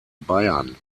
bayern